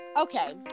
Okay